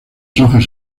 hojas